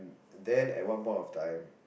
then at one point of time